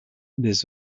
des